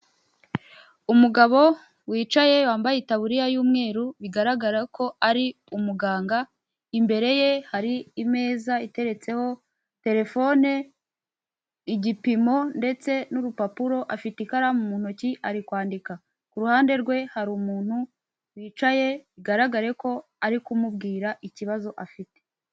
Umugabo wicaye wambaye itaburiya y'umweru bigaragara ko ari umuganga, imbere ye hari imeza iteretseho telefone, igipimo ndetse n'urupapuro, afite ikaramu mu ntoki ari kwandika, ku ruhande rwe hari umuntu wicaye bigaragare ko ari kumubwira ikibazo afite.